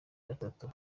gatatu